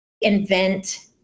invent